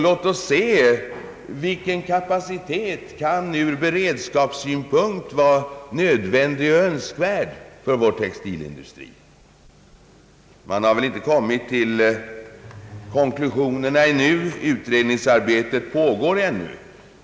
Låt oss se vilken kapacitet som ur beredskapssynpunkt kan vara nödvändig och önskvärd för vår textilindustri. Man har väl inte kommit fram till konklusionerna ännu, Utredningsarbetet pågår.